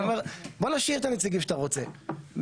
בוא נשאיר את הנציגים שאתה רוצה,